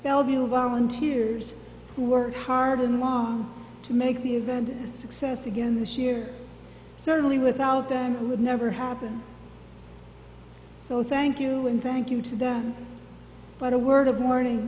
bellevue volunteers who work hard and want to make the event success again this year certainly without them would never happen so thank you and thank you to them but a word of warning